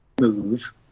move